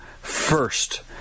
first